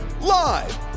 Live